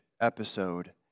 episode